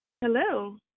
Hello